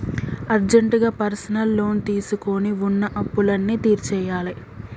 అర్జెంటుగా personal loan తీసుకొని వున్న అప్పులన్నీ తీర్చేయ్యాలే